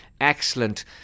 excellent